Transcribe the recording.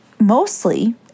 mostly